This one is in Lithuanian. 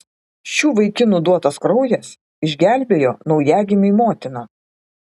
šių vaikinų duotas kraujas išgelbėjo naujagimiui motiną